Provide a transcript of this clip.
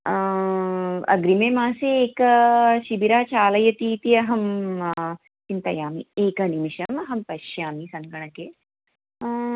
अग्रिमे मासे एकं शिबिरं चालयति इति अहं चिन्तयामि एकनिमेषम् अहं पश्यामि सङ्गणके